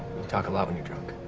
you talk a lot when you're drunk.